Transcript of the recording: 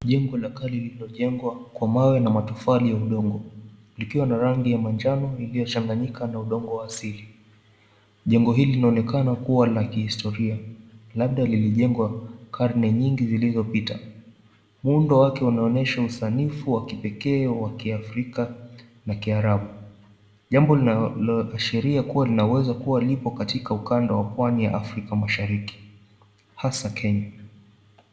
Jengo la kale lililojengwa kwa mawe na matofali ya udongo. Likiwa na rangi ya manjano iliyochanganyika na udongo wa asili. Jengo hili linaonekana kuwa la kihistoria, labda lilijengwa karne nyingi zilizopita. Muundo wake unaonyesha usanifu wa kipekee wa Kiafrika na Kiarabu. Jambo linaloashiria kuwa linaweza kuwa lipo katika ukanda wa pwani ya Afrika Mashariki, hasa Kenya.